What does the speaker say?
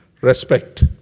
respect